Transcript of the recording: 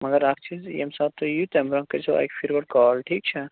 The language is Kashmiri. مگر اَکھ چیٖز ییٚمہِ ساتہٕ تُہۍ یِیِو تَمہِ برٛونٛٹھ کٔرۍزیو اَکہِ پھِرِ گۄڈٕ کال ٹھیٖک چھا